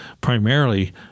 primarily